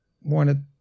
wanted